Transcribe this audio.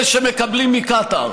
שמקבלים מקטאר.